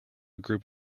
group